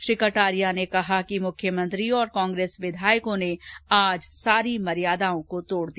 श्री कटारिया ने कहा कि मुख्यमंत्री और कांग्रेस विधायकों ने आज सारी मर्यादाओं को तोड़ दिया